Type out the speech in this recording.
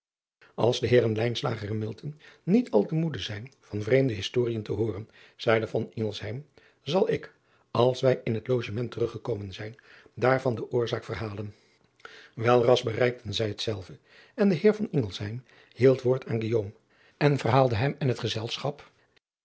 ls de eeren en niet al te moede zijn van vreemde historien te hooren zeide zal ik als wij in het ogement terug gekomen zijn daarvan de oorzaak verhalen elras bereikten zij hetzelve en de eer hield woord aan en verhaalde hem en t gezelschap